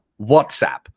WhatsApp